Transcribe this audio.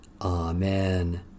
Amen